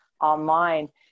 online